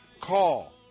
Call